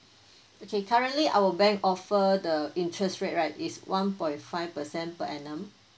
okay currently our bank offer the interest rate right is one point five percent per annum